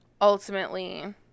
ultimately